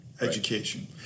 Education